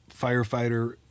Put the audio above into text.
firefighter